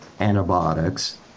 antibiotics